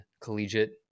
collegiate